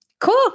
Cool